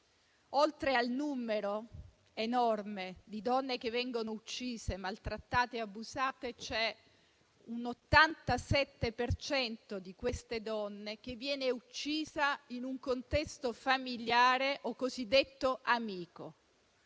oltre al numero enorme di donne che vengono uccise, maltrattate e abusate, c'è un 87 per cento di donne che vengono uccise in un contesto familiare o cosiddetto amico.